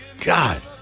God